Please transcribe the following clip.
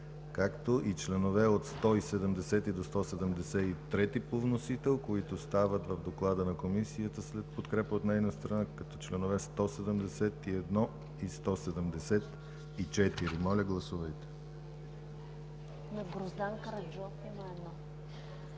както и членове от 170 до 173 по вносител, които стават в доклада на Комисията, след подкрепа от нейна страна, като членове 171 – 174. Моля, гласувайте. Гласували 80 народни